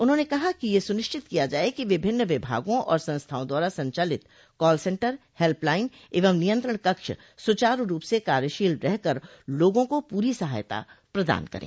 उन्होंने कहा कि यह सुनिश्चित किया जाए कि विभिन्न विभागों और संस्थाओं द्वारा संचालित कॉलसेन्टर हेलपलाइन एवं नियंत्रण कक्ष सुचारू रूप से कार्यशील रह कर लोगों को पूरी सहायता प्रदान करें